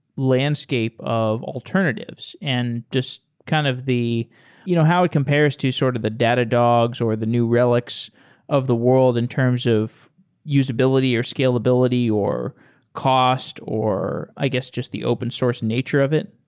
landscape of alternatives and just kind of you know how it compares to sort of the datadogs, or the new relics of the world in terms of usability, or scalability, or cost, or i guess, just the open source nature of it?